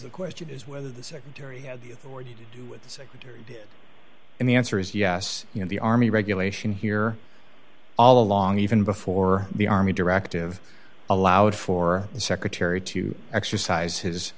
the question is whether the secretary had the authority to do with the secretary and the answer is yes you know the army regulation here all along even before the army directive allowed for the secretary to exercise his